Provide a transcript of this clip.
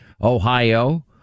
Ohio